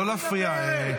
לא להפריע.